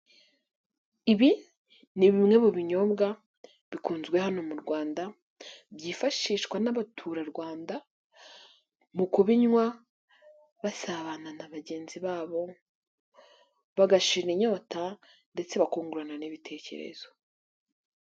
Ibi ni bimwe mu binyobwa bikunzwe hano mu Rwanda, byifashishwa n'abaturarwanda mu kubinywa basabana na bagenzi babo, bagashima inyota ndetse bakungurana n'ibitekerezo.